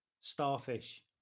starfish